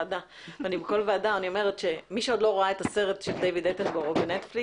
ועדה ואני אומרת שמי שעוד לא ראה את הסרט של דייויד אטנבורו בנטפליקס